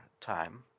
time